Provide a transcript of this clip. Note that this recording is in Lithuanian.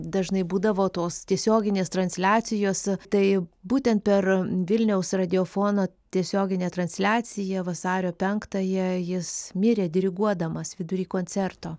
dažnai būdavo tos tiesioginės transliacijos tai būtent per vilniaus radiofoną tiesioginė transliacija vasario penktąją jis mirė diriguodamas vidury koncerto